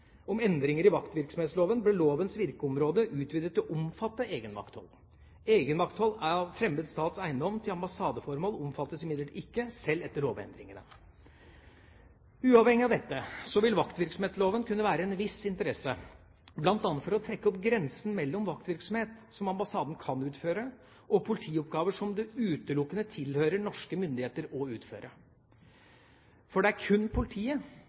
om endringer i vaktvirksomhetsloven, ble lovens virkeområde utvidet til å omfatte egenvakthold. Egenvakthold av fremmed stats eiendom til ambassadeformål omfattes imidlertid ikke, selv etter lovendringene. Uavhengig av dette vil vaktvirksomhetsloven kunne være av en viss interesse, bl.a. for å trekke opp grensen mellom vaktvirksomhet som ambassaden kan utføre, og politioppgaver som det utelukkende tilhører norske myndigheter å utføre. For det er kun politiet